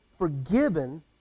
forgiven